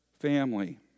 family